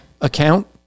account